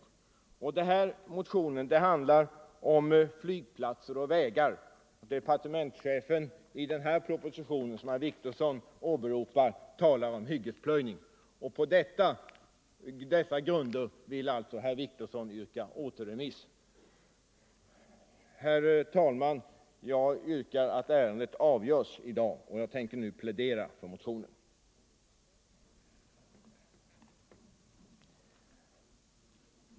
Motionen 326 handlar om flygplatser och vägar, medan departementschefen i den proposition som herr Wictorsson åberopar talar om hyggesplöjning. På dessa grunder vill alltså herr Wictorsson yrka återremiss. Herr talman! Jag yrkar att ärendet avgörs i dag, och jag tänker plädera för motionen.